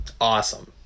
awesome